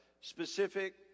specific